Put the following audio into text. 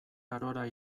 arora